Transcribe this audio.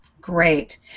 Great